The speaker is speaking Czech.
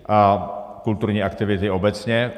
A kulturní aktivity obecně.